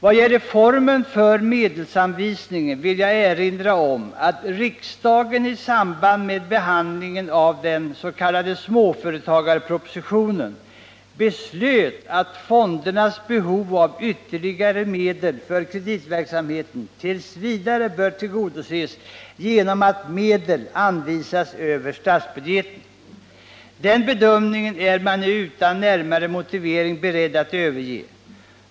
Vad gäller formen för medelsanvisningen vill jag erinra om att riksdagen i samband med behandlingen av den s.k. småföretagspropositionen beslöt att fondernas behov av ytterligare medel för kreditverksamheten t.v. bör tillgodoses genom att medel anvisas över statsbudgeten. Den bedömningen är man nu utan närmare motivering beredd att överge.